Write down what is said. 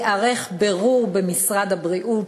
ייערך בירור במשרד הבריאות,